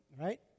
right